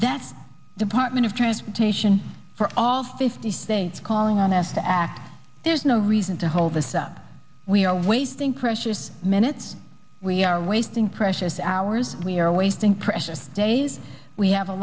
that's department of transportation for all fifty states calling on nasa act there's no reason to hold this up we are wasting precious minutes we are wasting precious hours we are wasting precious days we have a